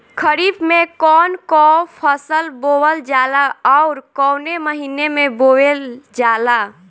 खरिफ में कौन कौं फसल बोवल जाला अउर काउने महीने में बोवेल जाला?